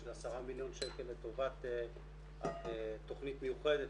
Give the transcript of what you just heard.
של עשרה מיליון שקל לטובת תכנית מיוחדת